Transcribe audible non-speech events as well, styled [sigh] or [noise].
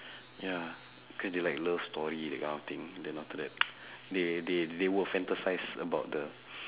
ya cause they like love story that kind of thing then after that they they they will fantasise about the [breath]